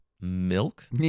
Milk